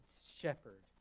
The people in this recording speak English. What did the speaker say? shepherd